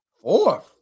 Fourth